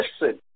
listen